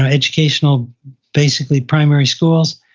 educational basically primary schools.